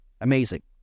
Amazing